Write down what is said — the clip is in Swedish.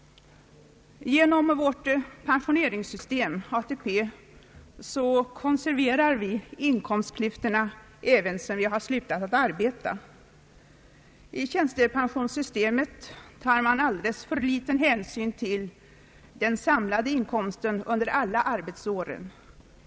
Genom vårt pensioneringssystem, ATP, konserverar vi inkomstklyftorna även för dem som slutat att arbeta. I tjänstepensionssystemet tas alldeles för liten hänsyn till den samlade inkomsten under alla arbetsår.